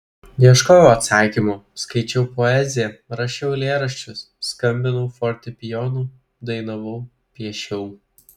ieškojau atsakymo skaičiau poeziją rašiau eilėraščius skambinau fortepijonu dainavau piešiau